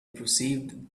perceived